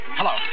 Hello